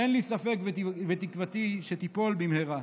אין לי ספק ותקוותי שתיפול במהרה.